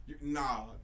nah